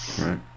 Right